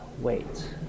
wait